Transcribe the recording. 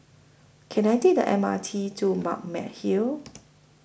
Can I Take The M R T to Balmeg Hill